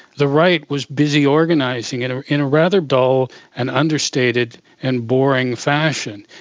the right was busy organising in ah in a rather dull and understated and boring fashion.